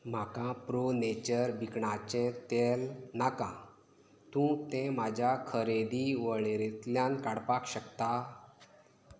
म्हाका pro nature भिकणाचें तेल नाका तूं तें म्हज्या खरेदी वळेरेंतल्यान काडपाक शकता